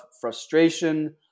frustration